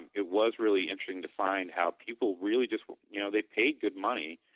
it was really interesting to find how people really just you know they paid good money